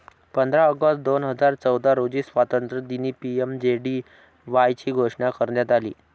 पंधरा ऑगस्ट दोन हजार चौदा रोजी स्वातंत्र्यदिनी पी.एम.जे.डी.वाय ची घोषणा करण्यात आली